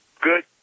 Good